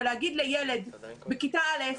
להגיד לילד בכיתה א',